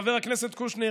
חבר הכנסת קושניר,